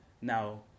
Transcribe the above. now